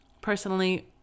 Personally